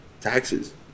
taxes